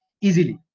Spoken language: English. easily